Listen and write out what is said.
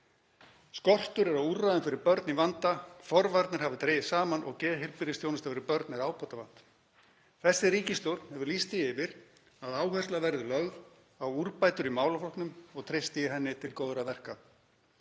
Skortur er á úrræðum fyrir börn í vanda. Forvarnir hafa dregist saman og geðheilbrigðisþjónustu fyrir börn er ábótavant. Þessi ríkisstjórn hefur lýst því yfir að áhersla verði lögð á úrbætur í málaflokknum og treysti ég henni til góðra verka.